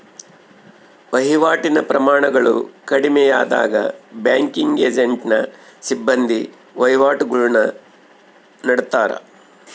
ವಹಿವಾಟಿನ ಪ್ರಮಾಣಗಳು ಕಡಿಮೆಯಾದಾಗ ಬ್ಯಾಂಕಿಂಗ್ ಏಜೆಂಟ್ನ ಸಿಬ್ಬಂದಿ ವಹಿವಾಟುಗುಳ್ನ ನಡತ್ತಾರ